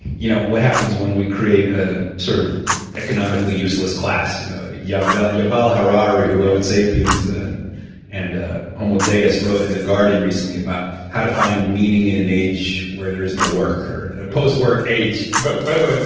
you know what happens when we create an ah sort of economically useless class? you know, yuval yuval harari, who wrote sapians and and ah homo deus, wrote in the guardian recently about how to find meaning in an age where there is no work, or and and a post-work age but by the way,